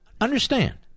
understand